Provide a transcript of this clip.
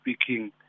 speaking